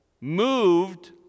moved